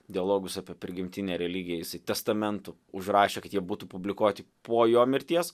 dialogus apie prigimtinę religiją jisai testamentu užrašė kad jie būtų publikuoti po jo mirties